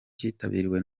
cyitabiriwe